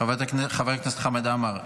חבר הכנסת חמד עמאר,